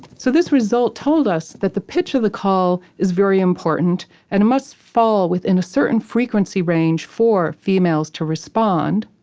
so this result told us that the pitch of the call is very important and it must fall within a certain frequency range for females to respond.